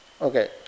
okay